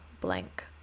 blank